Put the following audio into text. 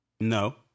No